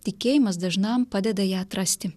tikėjimas dažnam padeda ją atrasti